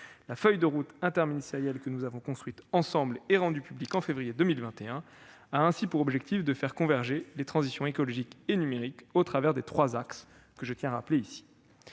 La feuille de route interministérielle que nous avons construite ensemble, et rendue publique en février 2021, a ainsi pour objectif de faire converger les transitions écologique et numérique au travers de trois axes que je tiens à rappeler ici.